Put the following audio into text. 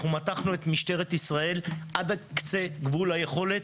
אנחנו מתחנו את משטרת ישראל עד קצה גבול היכולת,